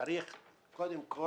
צריך קודם כל